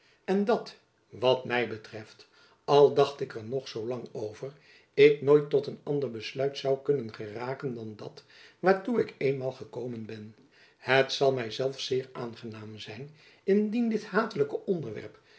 en dat wat my betreft al dacht ik er nog zoo lang over ik nooit tot een ander besluit zoû kunnen geraken dan dat waartoe ik eenmaal gekomen ben het zal my zelfs zeer aangenaam zijn indien dit hatelijke onderwerp